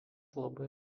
labai